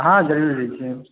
हँ जरूर छै